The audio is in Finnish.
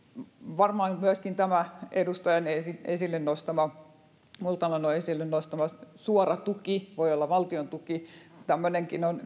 varmaan myöskin tämä edustaja multalan esille nostama suora valtiontuki voi olla tämmöinenkin on ollut